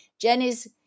Jenny's